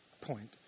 point